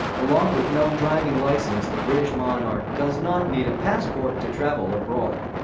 along with no driving licence the british monarch does not need a passport to travel abroad